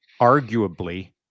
arguably